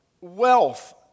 wealth